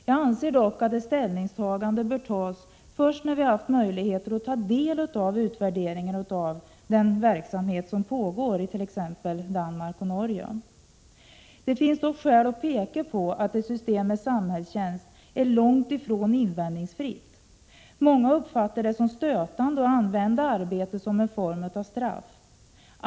Jag anser dock att ett ställningstagande bör göras först när vi har haft möjligheter att ta del av utvärderingen av den försöksverksamhet som pågår i Norge och Danmark. Det finns dock skäl att påpeka att ett system med samhällstjänst är långt ifrån invändningsfritt. Många uppfattar det som stötande att använda arbete som en form av straff.